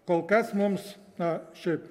kol kas mums na šiaip